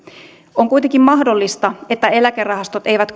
on kuitenkin mahdollista että eläkerahastot eivät